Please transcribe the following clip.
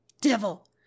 devil